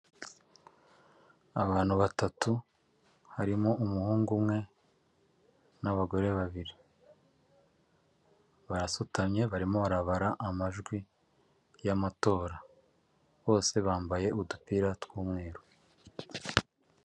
Abantu batatu harimo umuhungu umwe n'abagore babiri barasutamye barimo barabara amajwi y'amatora bose bambaye udupira tw'umweru.